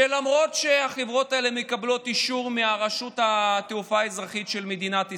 שלמרות שהחברות האלה מקבלות אישור מרשות התעופה האזרחית של מדינת ישראל,